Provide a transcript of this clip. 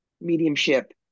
mediumship